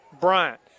Bryant